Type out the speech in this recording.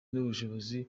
n’ubushishozi